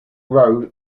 road